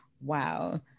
wow